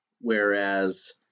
whereas